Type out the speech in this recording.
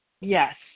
yes